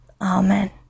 Amen